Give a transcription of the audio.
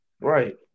Right